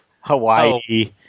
Hawaii